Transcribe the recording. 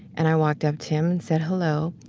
and i walked up to him and said, hello.